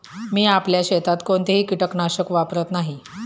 मी आपल्या शेतात कोणतेही कीटकनाशक वापरत नाही